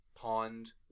pond